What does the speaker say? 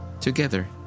Together